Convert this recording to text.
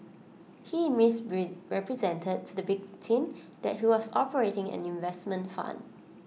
he miss represented to the victim that he was operating an investment fund